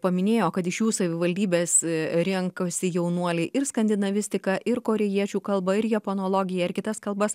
paminėjo kad iš jų savivaldybės renkasi jaunuoliai ir skandinavistiką ir korėjiečių kalbą ir japonologiją ir kitas kalbas